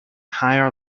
higher